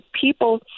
people